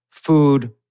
food